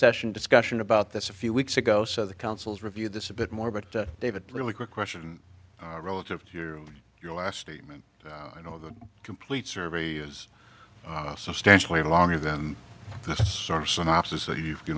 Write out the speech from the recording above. session discussion about this a few weeks ago so the council's review this a bit more but david really quick question relative to your your last statement you know the complete survey is substantially longer than the source and offices so you you